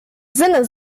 sinne